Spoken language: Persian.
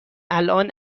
الان